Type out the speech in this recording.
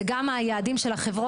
זה גם היעדים של החברות,